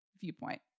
viewpoint